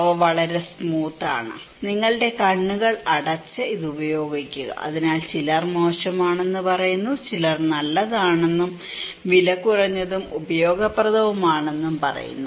അവ വളരെ സ്മൂത്ത് ആണ് നിങ്ങളുടെ കണ്ണുകൾ അടച്ച് ഇത് ഉപയോഗിക്കുക അതിനാൽ ചിലർ മോശമാണെന്ന് പറയുന്നു ചിലർ ഇത് നല്ലതാണെന്നും നല്ലതാണെന്നും വിലകുറഞ്ഞതും ഉപയോഗപ്രദവുമാണെന്നും പറയുന്നു